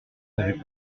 n’avez